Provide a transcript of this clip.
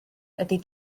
ydy